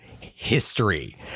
history